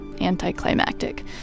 anticlimactic